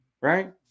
right